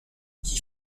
qui